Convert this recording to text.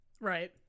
Right